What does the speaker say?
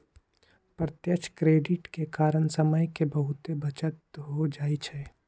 प्रत्यक्ष क्रेडिट के कारण समय के बहुते बचत हो जाइ छइ